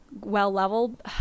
well-leveled